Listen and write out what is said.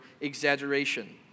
exaggeration